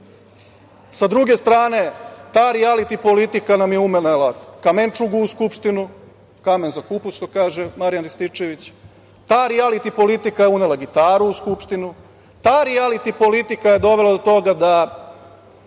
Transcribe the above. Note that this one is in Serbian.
druge strane, ta rijaliti politika nam je unela kamenčugu u Skupštinu, kamen za kupus, što kaže Marijan Rističević. Ta rijaliti politika je unela gitaru u Skupštinu. Ta rijaliti politika je dovela do toga da